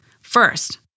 First